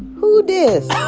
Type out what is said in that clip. who dis.